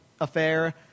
affair